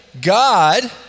God